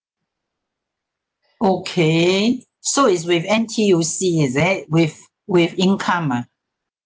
okay so is with N_T_U_C is it with with income ah